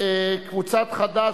של קבוצת סיעת חד"ש,